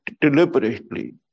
deliberately